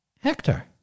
Hector